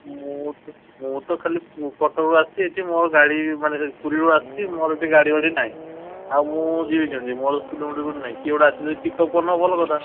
ମୁଁ ମୁଁ ତ ଖାଲି କଟକକୁ ଆସିଛି ଏଠି ମୋ ଗାଡ଼ି ମାନେ ପୁରୀରୁ ଆସିଛି ମୋର ଏଠି ଗାଡ଼ି ଫାଡ଼ି ନାହିଁ ଆଉ ମୁଁ ଯିବି କେମିତି ମୋର ସ୍କୁଟିଫୁଟି ନାହିଁ କିଏ ଗୋଟେ ଆସିଲେ ପିକ୍ଅପ୍ କରିନେବ ଭଲ କଥା